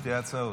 שתי ההצעות?